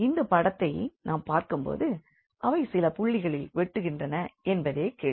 இந்தப் படத்தை நாம் பார்க்கும் போது அவை சில புள்ளியில் வெட்டுகின்றன என்பதே கேள்வி